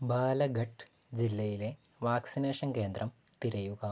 ബാലഘട്ട് ജില്ലയിലെ വാക്സിനേഷൻ കേന്ദ്രം തിരയുക